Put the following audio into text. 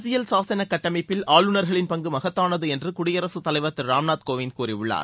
அரசியல் சாசன கட்டமைப்பில் ஆளுநர்களின் பங்கு மகத்தானது என்று குடியரசுத் தலைவர் திரு ராம்நாத் கோவிந்த் கூறியுள்ளார்